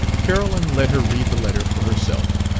carolyn let her read the letter for herself.